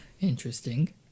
Interesting